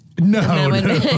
no